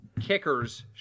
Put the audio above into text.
Kickers